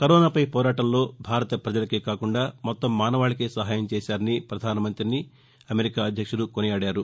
కరోనాపై పోరాటంలో భారత పజలకే కాకుండా మొత్తం మానవాళికే సహాయం చేశారని పధానమంతిని అమెరికా అధ్యక్షుడు కొనియాడారు